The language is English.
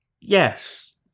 Yes